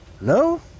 No